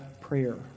prayer